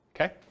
okay